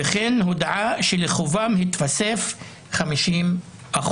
וכן הודעה שלחובם התווספו 50%,